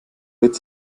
witz